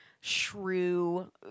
shrew